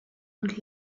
und